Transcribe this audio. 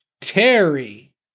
Terry